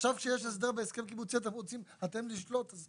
עכשיו כשיש הסדר בהסכם קיבוצי אתם רוצים אתם לשלוט?